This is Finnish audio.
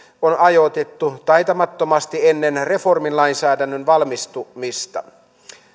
on ajoitettu taitamattomasti ennen reformilainsäädännön valmistumista